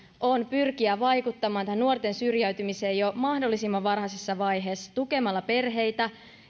on pyrkiä vaikuttamaan nuorten syrjäytymiseen jo mahdollisimman varhaisessa vaiheessa tukemalla perheitä